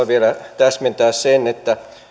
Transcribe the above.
vielä täsmentää sen että